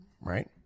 Right